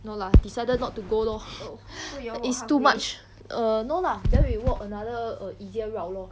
no lah decided not to go lor is too much err no lah then we walk another err easier route lor